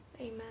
amen